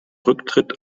rücktritt